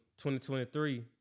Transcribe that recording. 2023